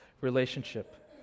relationship